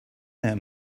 that